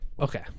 Okay